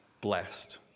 blessed